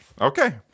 Okay